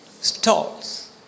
stalls